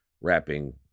wrapping